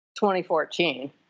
2014